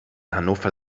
hannover